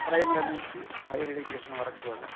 primary నుంచి higher education వరకు కూడా